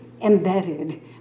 embedded